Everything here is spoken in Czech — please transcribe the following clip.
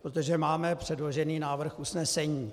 Protože máme předložený návrh usnesení.